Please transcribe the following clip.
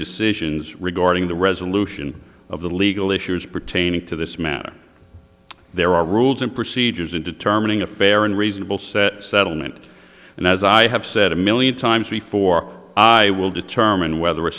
decisions regarding the resolution of the legal issues pertaining to this matter there are rules and procedures in determining a fair and reasonable set settlement and as i have said a million times before i will determine whether a